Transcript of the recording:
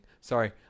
sorry